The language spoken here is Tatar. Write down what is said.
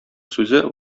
сүзе